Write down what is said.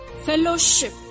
Fellowship